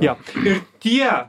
jo ir tie